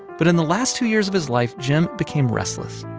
but in the last two years of his life, jim became restless.